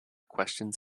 questions